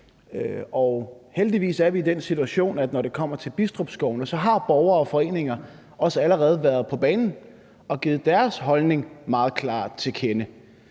heldigvis i den situation, at når det kommer til Bidstrup Skovene, har borgere og foreninger allerede været på banen og givet deres holdning meget klart til kende.